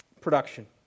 production